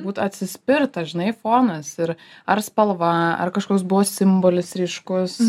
būt atsispirta žinai fonas ir ar spalva ar kažkoks buvo simbolis ryškus